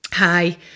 Hi